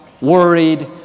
Worried